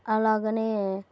అలాగే